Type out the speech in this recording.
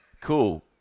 Cool